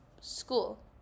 School